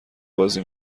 بازی